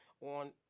on